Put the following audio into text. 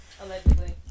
Allegedly